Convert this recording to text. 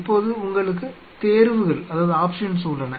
இப்போது உங்களுக்கு தேர்வுகள் உள்ளன